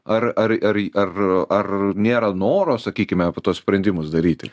ar ar ar ar ar nėra noro sakykime va tuos sprendimus daryti